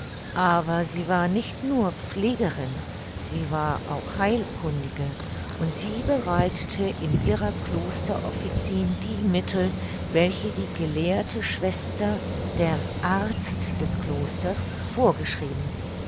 aber sie war nicht nur pflegerin sie war auch heilkundige und sie bereitete in ihrer kloster officin die mittel welche die gelehrte schwester der arzt des klosters vorgeschrieben